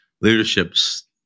leadership's